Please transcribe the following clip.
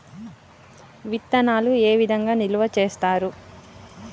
విత్తనాలు ఏ విధంగా నిల్వ చేస్తారు?